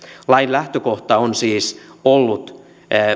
lain lähtökohta on siis ollut